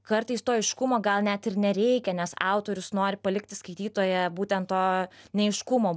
kartais to aiškumo gal net ir nereikia nes autorius nori palikti skaitytoją būtent to neaiškumo